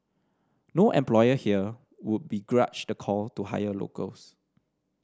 no employer here would begrudge the call to hire locals